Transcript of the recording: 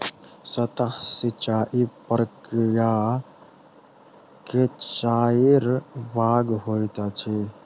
सतह सिचाई प्रकिया के चाइर भाग होइत अछि